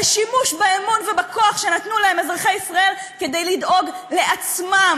על שימוש באמון ובכוח שנתנו להם אזרחי ישראל כדי לדאוג לעצמם,